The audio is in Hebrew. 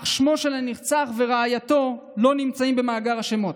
אך שמם של הנרצח ורעייתו לא נמצאים במאגר השמות,